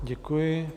Děkuji.